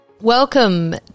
Welcome